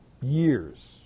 Years